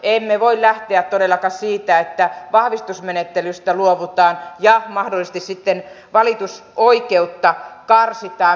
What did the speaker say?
emme voi lähteä todellakaan siitä että vahvistusmenettelystä luovutaan ja mahdollisesti sitten valitusoikeutta karsitaan